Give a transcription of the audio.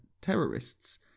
terrorists